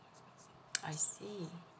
I see